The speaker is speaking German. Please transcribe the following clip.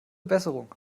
besserung